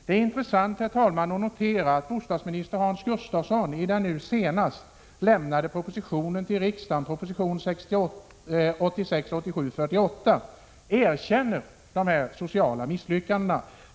Det är intressant, herr talman, att bostadsminister Hans Gustafsson i den nu senast till riksdagen avlämnade propositionen, proposition 1986/87:48, erkänner dessa sociala misslyckanden.